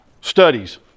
studies